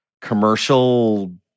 commercial